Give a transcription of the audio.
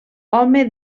home